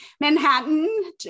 Manhattan